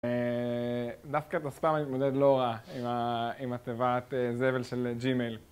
דווקא את הספאמנט מודד לא רע עם הטבעת זבל של ג'ימייל.